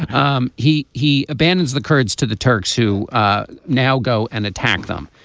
um he he abandons the kurds to the turks who now go and attack them.